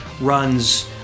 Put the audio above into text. runs